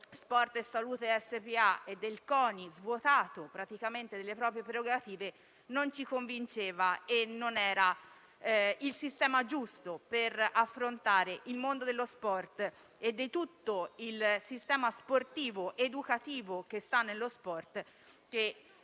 Sport e Salute SpA e del CONI, svuotato praticamente delle proprie prerogative, non ci convinceva e non era il modo giusto per affrontare il mondo dello sport e tutto il sistema educativo che sta al suo